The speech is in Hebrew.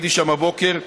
הייתי שם הבוקר,